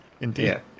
indeed